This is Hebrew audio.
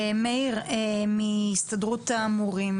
מאיר מהסתדרות המורים,